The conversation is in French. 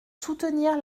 soutenir